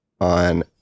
on